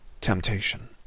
temptation